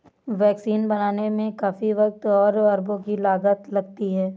vaccine बनाने में काफी वक़्त और अरबों की लागत लगती है